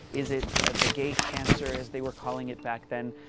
is it the gay cancer, as they were calling it back then.